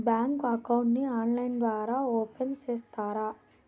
Bank account ని online ద్వారా open సేస్తారా?